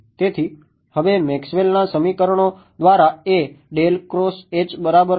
તેથી હવે મેકસવેલના સમીકરણો દ્વારા એ બરાબર થવા જશે